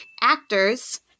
Actors